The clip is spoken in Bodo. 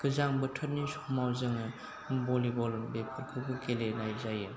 गोजां बोथोरनि समाव जोङो भलिबल बेफोरखौबो गेलेनाय जायो